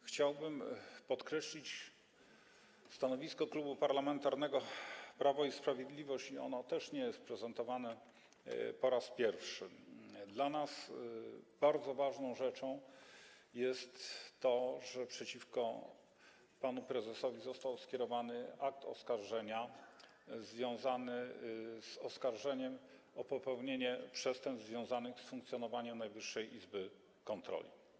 Chciałbym podkreślić stanowisko Klubu Parlamentarnego Prawo i Sprawiedliwość, a ono też nie jest prezentowane po raz pierwszy: dla nas bardzo ważną rzeczą jest to, że przeciwko panu prezesowi został skierowany akt oskarżenia dotyczący popełnienia przestępstw związanych z funkcjonowaniem Najwyższej Izby Kontroli.